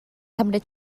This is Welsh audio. cymryd